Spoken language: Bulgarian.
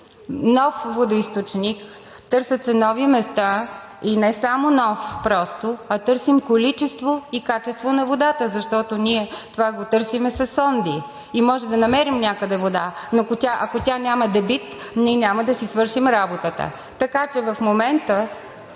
нов водоизточник, търсят се нови места, и не само нов, а търсим количество и качество на водата, защото ние това го търсим със сонди. Може да намерим някъде вода, но ако тя няма дебит, ние няма да си свършим работата. Така че в момента